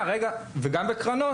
וגם בקרנות.